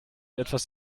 etwas